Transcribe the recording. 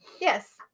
Yes